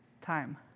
time